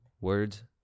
words